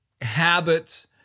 habits